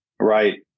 Right